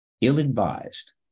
ill-advised